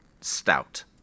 stout